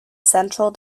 central